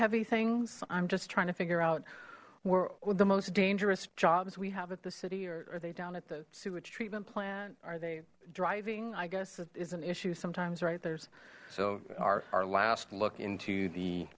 heavy things i'm just trying to figure out where the most dangerous jobs we have at the city or they down at the sewage treatment plant are they driving i guess is an issue sometimes right there's so our last look into the